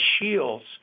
shields